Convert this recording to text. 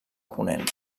ponent